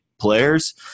players